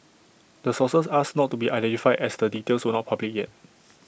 the sources asked not to be identified as the details were not public yet